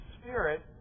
spirit